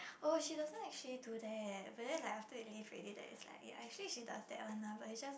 oh she doesn't actually do that but then like after you leave already then it's like ya actually she does that one lah but it's just